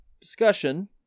discussion